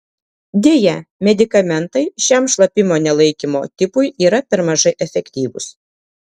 deja medikamentai šiam šlapimo nelaikymo tipui yra per mažai efektyvūs